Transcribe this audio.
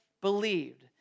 believed